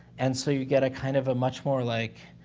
and so, you get a, kind of, a much more, like,